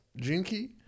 Jinky